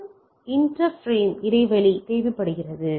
F inter frame இடைவெளி தேவைப்படுகிறது